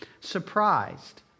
surprised